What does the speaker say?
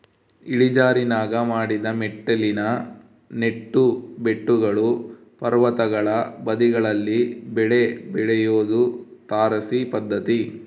ಇಳಿಜಾರಿನಾಗ ಮಡಿದ ಮೆಟ್ಟಿಲಿನ ನೆಟ್ಟು ಬೆಟ್ಟಗಳು ಪರ್ವತಗಳ ಬದಿಗಳಲ್ಲಿ ಬೆಳೆ ಬೆಳಿಯೋದು ತಾರಸಿ ಪದ್ಧತಿ